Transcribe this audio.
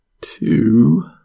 two